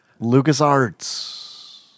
LucasArts